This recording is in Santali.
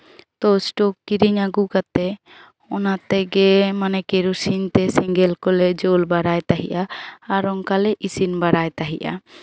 ᱛᱚ ᱥᱴᱳᱵᱷ ᱠᱤᱨᱤᱧ ᱟᱹᱜᱩ ᱠᱟᱛᱮᱜ ᱚᱱᱟ ᱛᱮᱜᱮ ᱢᱟᱱᱮ ᱠᱮᱨᱳᱥᱤᱝ ᱛᱮ ᱥᱮᱸᱜᱮᱞ ᱠᱚᱞᱮ ᱡᱩᱞ ᱵᱟᱲᱟᱭ ᱛᱟᱦᱮᱸᱜᱼᱟ ᱟᱨ ᱚᱱᱠᱟ ᱞᱮ ᱤᱥᱤᱱ ᱵᱟᱲᱟᱭ ᱛᱟᱦᱮᱸᱜᱼᱟ